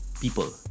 people